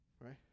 Right